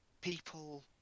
people